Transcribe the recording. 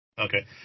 Okay